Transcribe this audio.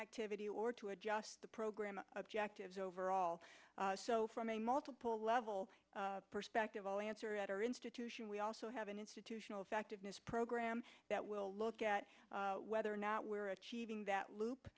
activity or to adjust the program objectives overall so from a multiple level perspective all answer at our institution we also have an institutional effectiveness program that will look at whether or not we're achieving that loop